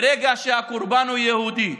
ברגע שהקורבן הוא יהודי,